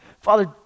Father